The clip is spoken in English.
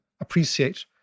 appreciate